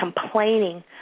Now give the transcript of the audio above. complaining